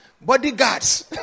bodyguards